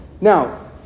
Now